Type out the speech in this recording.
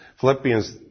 Philippians